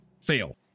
fail